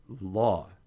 law